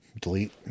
Delete